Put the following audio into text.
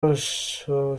urushaho